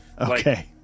okay